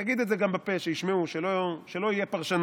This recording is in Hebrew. תגיד את זה גם בפה, שישמעו, שלא יהיו פרשנויות.